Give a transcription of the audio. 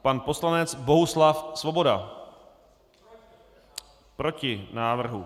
Pan poslanec Bohuslav Svoboda: Proti návrhu.